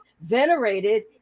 venerated